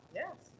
yes